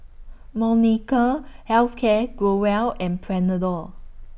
Molnylcke Health Care Growell and Panadol